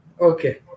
okay